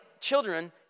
children